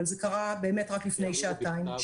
אבל זה קרה באמת רק לפני שעה-שעתיים.